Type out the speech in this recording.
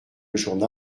journal